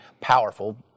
powerful